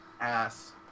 Ass